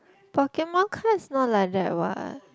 Pokemon cards not like that what